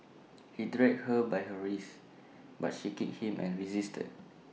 he dragged her by her wrists but she kicked him and resisted